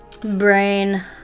Brain